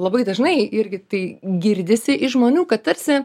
labai dažnai irgi tai girdisi iš žmonių kad tarsi